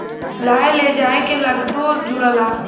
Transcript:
लाए ले जाए के लागतो जुड़ाला